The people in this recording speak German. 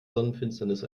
sonnenfinsternis